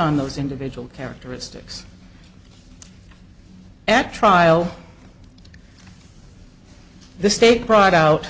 on those individual characteristics at trial the state brought out